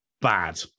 bad